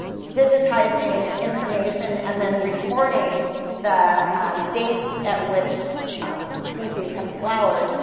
digitizing information and then recording the dates at which species have flowered.